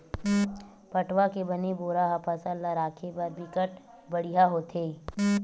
पटवा के बने बोरा ह फसल ल राखे बर बिकट बड़िहा होथे